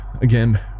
again